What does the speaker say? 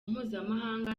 mpuzamahanga